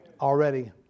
Already